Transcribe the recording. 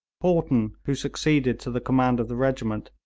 haughton, who succeeded to the command of the regiment,